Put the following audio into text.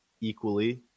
equally